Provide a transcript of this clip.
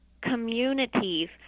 communities